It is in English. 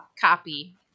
copy